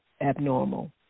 abnormal